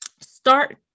start